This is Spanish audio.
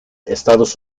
estados